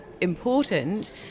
important